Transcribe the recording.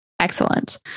Excellent